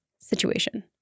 situation